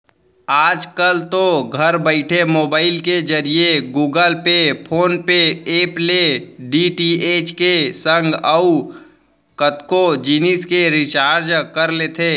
आजकल तो घर बइठे मोबईल के जरिए Google Pay, PhonePe app ले डी.टी.एच के संग अउ कतको जिनिस के रिचार्ज कर लेथे